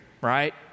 right